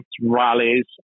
rallies